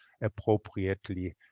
appropriately